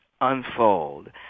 unfold